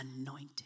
anointed